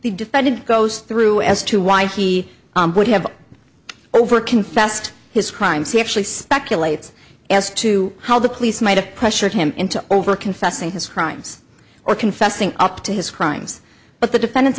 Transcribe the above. defendant goes through as to why he would have over confessed his crimes he actually speculates as to how the police might have pressured him into over confessing his crimes or confessing up to his crimes but the defendant's